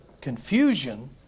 confusion